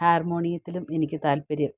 ഹാർമോണിയത്തിലും എനിക്ക് താൽപ്പര്യം